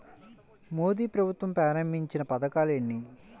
మోదీ ప్రభుత్వం ప్రారంభించిన పథకాలు ఎన్ని?